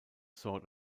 sort